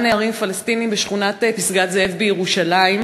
נערים פלסטינים בשכונת פסגת-זאב בירושלים.